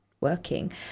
working